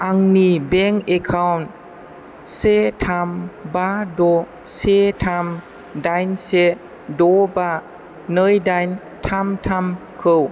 आंनि bank account से थाम बा द' से थाम दाइन से द' बा नै दाइन थाम थाम खौ